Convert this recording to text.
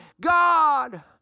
God